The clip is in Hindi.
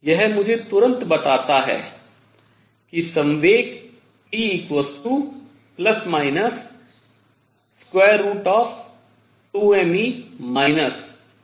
यह मुझे तुरंत बताता है कि संवेग p ±√ है